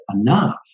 enough